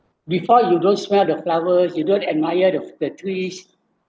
before you don't smell the flower you don't admired of the trees